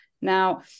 now